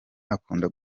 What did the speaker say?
akunda